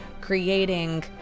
creating